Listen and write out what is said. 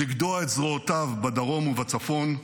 לגדוע את זרועותיו בדרום ובצפון,